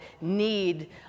need